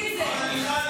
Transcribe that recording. באמת.